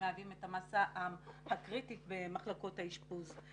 שמהווים את המסה הקריטית במחלקות האשפוז,